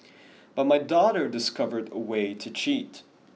but my daughter discovered a way to cheat